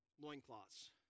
loincloths